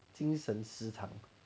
精神失常